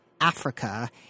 africa